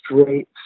straight